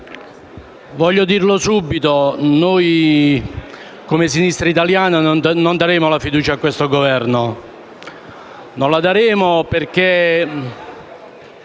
voglio dirlo subito: noi di Sinistra Italiana non daremo la fiducia a questo Governo; non la daremo perché